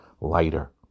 lighter